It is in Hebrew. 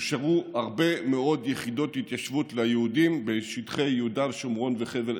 אושרו הרבה מאוד יחידות התיישבות ליהודים בשטחי יהודה שומרון וחבל,